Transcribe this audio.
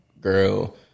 Girl